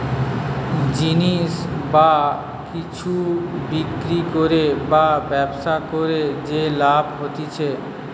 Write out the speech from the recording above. জিনিস বা কিছু বিক্রি করে বা ব্যবসা করে যে লাভ হতিছে